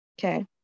Okay